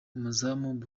umuzamu